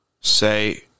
say